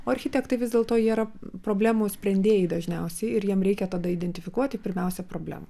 o architektai vis dėlto jie yra problemų sprendėjai dažniausiai ir jiem reikia tada identifikuoti pirmiausia problemą